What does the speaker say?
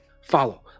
follow